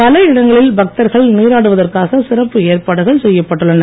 பல இடங்களில் பக்தர்கள் நீராடுவதற்காக சிறப்பு ஏற்பாடுகள் செய்யப்பட்டுள்ளன